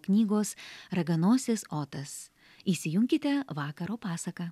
knygos raganosis otas įsijunkite vakaro pasaką